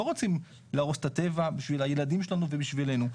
לא רוצים להרוס את הטבע בשביל הילדים שלנו ובשבילנו.